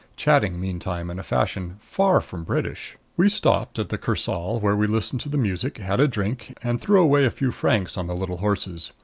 chatting meantime in a fashion far from british. we stopped at the kursaal, where we listened to the music, had a drink and threw away a few francs on the little horses.